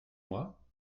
moi